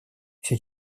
все